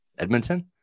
Edmonton